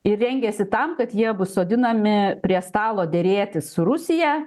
ir rengiasi tam kad jie bus sodinami prie stalo derėtis su rusija